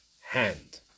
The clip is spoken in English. hand